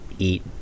eat